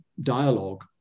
dialogue